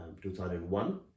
2001